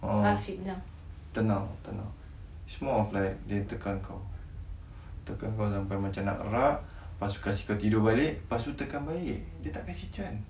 a'ah tenang tenang it's more of like dia tekan kau tekan kau sampai macam nak rak lepas tu kasi kau tidur balik lepas tu tekan baik dia tak kasi chance